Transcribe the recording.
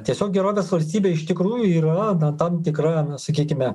tiesiog gerovės valstybė iš tikrųjų yra tam tikra sakykime